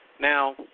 Now